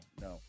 no